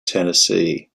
tennessee